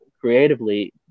creatively